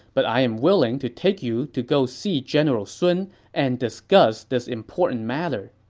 but i am willing to take you to go see general sun and discuss this important matter.